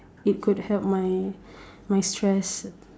it could help my my stress